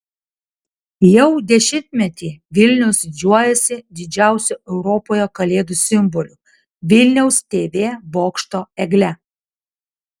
jau dešimtmetį vilnius didžiuojasi didžiausiu europoje kalėdų simboliu vilniaus tv bokšto egle